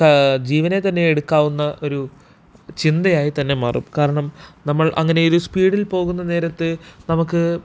ക ജീവനെത്തന്നെ എടുക്കാവുന്ന ഒരു ചിന്തയായി തന്നെ മാറും കാരണം നമ്മൾ അങ്ങനെ ഒരു സ്പീഡിൽ പോകുന്ന നേരത്ത് നമുക്ക്